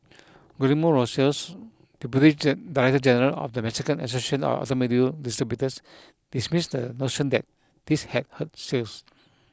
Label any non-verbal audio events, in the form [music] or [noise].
Guillermo Rosales deputy [unintelligible] director general of the Mexican association of automobile distributors dismissed the notion that this had hurt sales